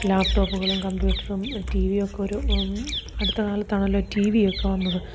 ലാപ്ടോപ്പുകളും കമ്പ്യൂട്ടറും ടി വിയൊക്കെ ഒരു അടുത്ത കാലത്തതാണല്ലോ ടി വിയൊക്കെ വന്നത്